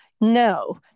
No